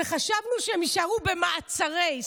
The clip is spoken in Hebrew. וחשבנו שהם יישארו במעצרי,